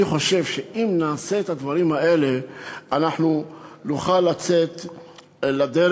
אני חושב שאם נעשה את הדברים האלה אנחנו נוכל לצאת לדרך,